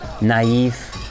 naive